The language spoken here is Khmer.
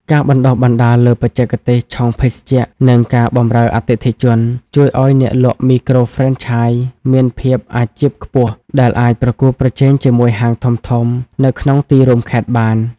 ការបណ្ដុះបណ្ដាលលើ "បច្ចេកទេសឆុងភេសជ្ជៈ" និង "ការបម្រើអតិថិជន" ជួយឱ្យអ្នកលក់មីក្រូហ្វ្រេនឆាយមានភាពអាជីពខ្ពស់ ដែលអាចប្រកួតប្រជែងជាមួយហាងធំៗនៅក្នុងទីរួមខេត្តបាន។